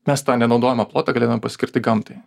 mes tą nenaudojamą plotą galėtume paskirti gamtai